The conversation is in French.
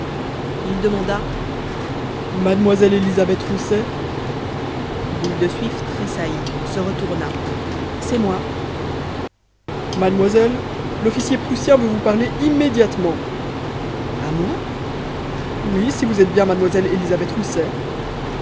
il demanda mademoiselle élisabeth rousset boule de suif tressaillit se retourna c'est moi mademoiselle l'officier prussien veut vous parler immédiatement a moi oui si vous êtes bien mademoiselle élisabeth rousset